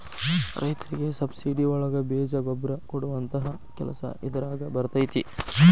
ರೈತರಿಗೆ ಸಬ್ಸಿಡಿ ಒಳಗೆ ಬೇಜ ಗೊಬ್ಬರ ಕೊಡುವಂತಹ ಕೆಲಸ ಇದಾರಗ ಬರತೈತಿ